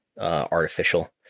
Artificial